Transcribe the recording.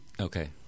Okay